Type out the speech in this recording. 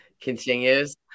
continues